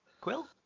Quill